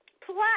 plus